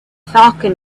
falcon